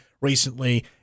recently